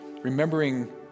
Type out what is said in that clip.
remembering